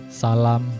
salam